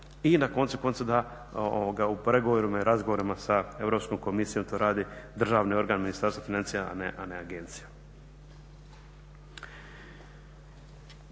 i na koncu konca da u pregovorima i razgovorima sa Europskom komisijom to radi državni organ Ministarstvo financija, a ne agencija.